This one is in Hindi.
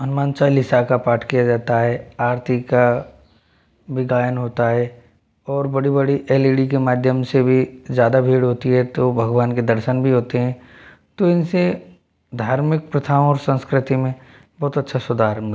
हनुमान चालीसा का पाठ किया जाता है आरती का भी गायन होता है और बड़ी बड़ी एल इ डी के माध्यम से भी ज़्यादा भीड़ होती है तो भगवान के दर्शन भी होते हैं तो इनसे धार्मिक प्रथाओं और संस्कृति में बहुत अच्छा सुधार